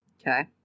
Okay